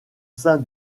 sein